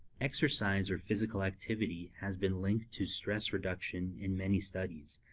exercise or physical activity has been linked to stress reduction in many studies.